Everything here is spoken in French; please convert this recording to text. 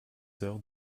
heures